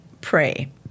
pray